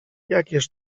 jakież